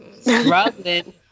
Struggling